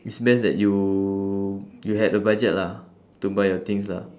it's best that you you had a budget lah to buy your things lah